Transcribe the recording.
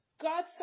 God